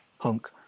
punk